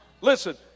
Listen